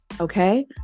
Okay